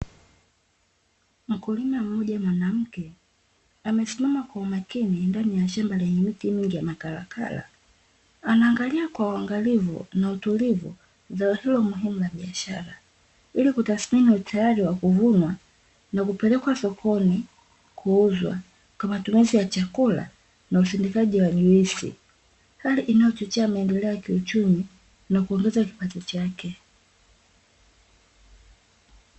Mkulima mmoja mwanamke amesimama kwa umakini ndani ya shamba lenye miti mingi ya makalakala, anaangalia kwa uangalifu na utulivu zao hilo muhimu la biashara ili kutathmini utayari wa kuvunwa na kupelekwa sokoni kuuzwa sokoni kuuzwa kwa matumizi ya chakula na usindikaji wa juisi, hali inayochochea maendeleo ya kiuchumi na kuongeza kipato chake.